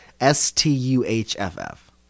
S-T-U-H-F-F